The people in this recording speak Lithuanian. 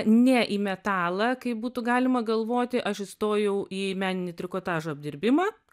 ne į metalą kaip būtų galima galvoti aš įstojau į meninį trikotažo apdirbimą